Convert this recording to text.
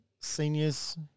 seniors